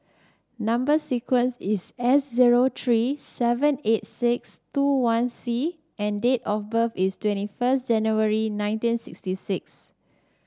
number sequence is S zero three seven eight six two one C and date of birth is twenty first January nineteen sixty six